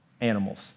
Animals